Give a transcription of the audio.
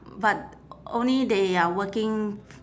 but only they are working